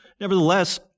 Nevertheless